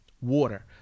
water